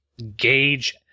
Gauge